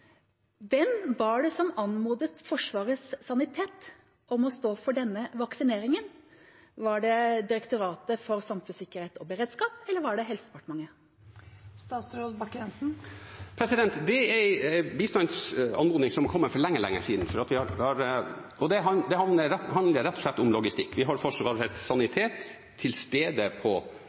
Hvem var det som anmodet Forsvarets sanitet om å stå for denne vaksineringen? Var det Direktoratet for samfunnssikkerhet og beredskap, eller var det Helsedepartementet? Det er en bistandsanmodning som er kommet for lenge siden, og det handler rett og slett om logistikk. Vi har Forsvarets sanitet